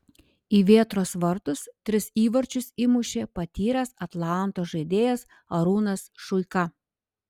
į vėtros vartus tris įvarčius įmušė patyręs atlanto žaidėjas arūnas šuika